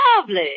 lovely